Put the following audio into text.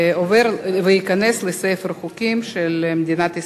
וייכנס לספר החוקים של מדינת ישראל.